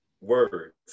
words